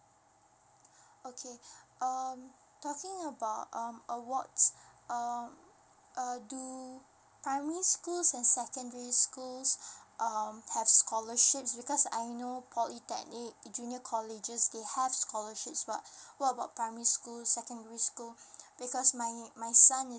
okay um talking about um awards err uh do primary schools and secondary schools um have scholarships because I know polytechnic junior colleges they have scholarships but what about primary school secondary school because my my son is